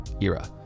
era